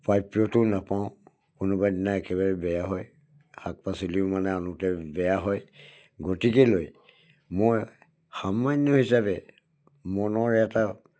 প্ৰাপ্যটোও নাপাওঁ কোনোবা এদিনা একেবাৰে বেয়া হয় শাক পাচলিও মানে আনোতে বেয়া হয় গতিকে লৈ মই সামান্য হিচাপে মনৰ এটা